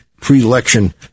pre-election